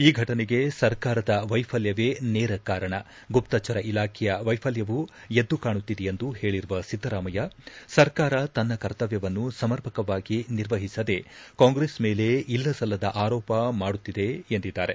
ಈ ಘಟನೆಗೆ ಸರ್ಕಾರದ ವೈಫಲ್ಯವೇ ನೇರ ಕಾರಣ ಗುಪ್ತಚರ ಇಲಾಖೆಯ ವೈಫಲ್ಯವು ಎದ್ದು ಕಾಣುತ್ತಿದೆ ಎಂದು ಹೇಳಿರುವ ಸಿದ್ದರಾಮಯ್ಯ ಸರ್ಕಾರ ತನ್ನ ಕರ್ತವ್ಯವನ್ನು ಸಮರ್ಪಕವಾಗಿ ನಿರ್ವಹಿಸದೆ ಕಾಂಗ್ರೆಸ್ ಮೇಲೆ ಇಲ್ಲಸಲ್ಲದ ಆರೋಪ ಮಾಡುತ್ತಿವೆ ಎಂದಿದ್ದಾರೆ